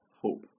hope